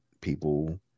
people